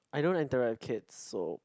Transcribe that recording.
I don't interact with kids so